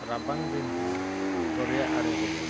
ᱨᱟᱵᱟᱝ ᱫᱤᱱ ᱦᱚᱸ ᱫᱚᱨᱭᱟ ᱟᱲᱮ ᱨᱮᱫᱚ